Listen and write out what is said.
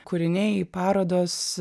kūriniai parodos